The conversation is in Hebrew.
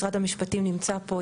משרד המשפטים נמצא פה,